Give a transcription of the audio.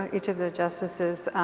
each of the justices,